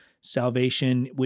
salvation